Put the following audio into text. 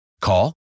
Call